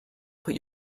put